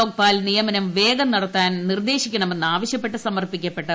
ലോക്പാൽ നിയമനം വേഗം നടത്താൻ നിർദ്ദേശിക്കണമെന്ന് ആവശ്യപ്പെട്ട് സമർപ്പിക്കപ്പെട്ടു